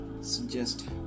suggest